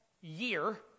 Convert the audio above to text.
year